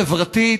סוגיה חברתית,